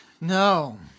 No